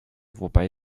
wobei